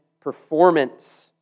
performance